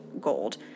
gold